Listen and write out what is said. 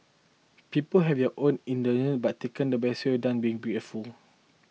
people have their own by taken their best done been